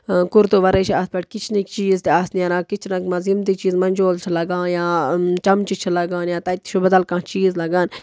کُرتہٕ وَرٲے چھِ اَتھ پٮ۪ٹھ کِچنٕۍ چیٖز تہِ آسہٕ نیران کِچنک منٛز یِم تہِ چیٖز مَنجول چھِ لگان یا چَمچہٕ چھِ لگان یا تَتہِ چھُ بَدَل کانٛہہ چیٖز لَگان